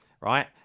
Right